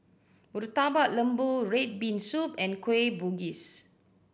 Murtabak Lembu red bean soup and Kueh Bugis